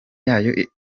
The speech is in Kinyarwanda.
yayo